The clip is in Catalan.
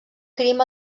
crim